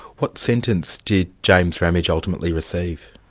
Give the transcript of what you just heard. what sentence did james ramage ultimately receive?